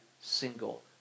single